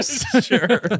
Sure